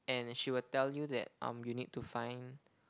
and she will tell you that um you need to find